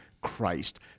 Christ